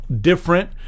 different